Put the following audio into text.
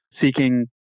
seeking